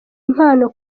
impano